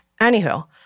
Anywho